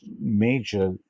major